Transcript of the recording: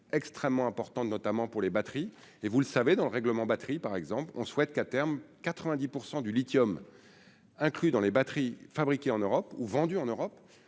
extrêmement importante, notamment pour les batteries et vous le savez, dans le règlement, batteries, par exemple, on souhaite qu'à terme 90 %% du lithium inclus dans les batteries fabriquées en Europe ou vendus en Europe,